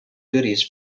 goodies